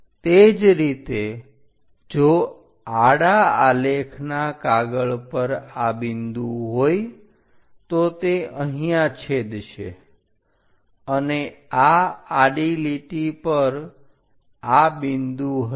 તે જ રીતે જો આડા આલેખના કાગળ પર આ બિંદુ હોય તો તે અહીંયા છેદશે અને આ આડી લીટી પર આ બિંદુ હશે